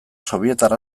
sobietar